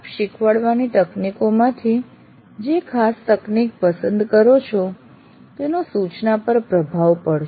આપ શીખવાડવાની તકનિકોમાંથી જે ખાસ તકનીક પસંદ કરો છો તેનો સૂચના પાર પ્રભાવ પડશે